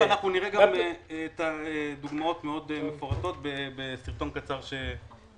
תיכף אנחנו נראה דוגמאות מאוד מפורטות בסרטון קצר שנעלה.